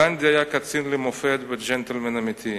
גנדי היה קצין למופת וג'נטלמן אמיתי.